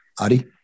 Adi